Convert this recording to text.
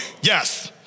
Yes